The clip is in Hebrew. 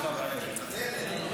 בבקשה,